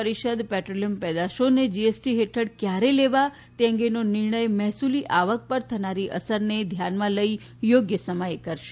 પરીષદ petroleum પેદાશોને GST હેઠળ કયારે લેવા તે અંગેનો નિર્ણય મહેસૂલી આવક ઉપર થનારી અસરને ધ્યાનમાં લઇને યોગ્ય સમયે કરશે